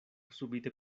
subite